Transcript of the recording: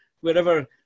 wherever